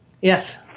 Yes